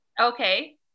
Okay